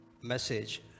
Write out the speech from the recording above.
message